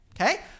okay